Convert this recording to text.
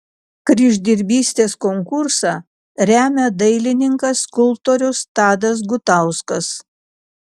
kryždirbystės konkursą remia dailininkas skulptorius tadas gutauskas